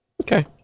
Okay